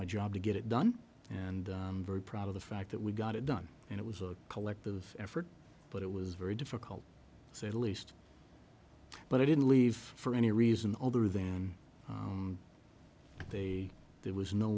my job to get it done and i'm very proud of the fact that we got it done and it was a collective effort but it was very difficult to say the least but i didn't leave for any reason other than they there was no